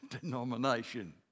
denomination